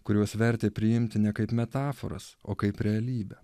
kuriuos verta priimti ne kaip metaforas o kaip realybę